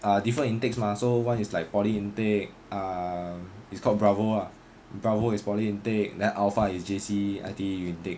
ah different intakes mah so one is like poly intake um it's called bravo lah bravo is poly intake then alpha is J_C I_T_E intake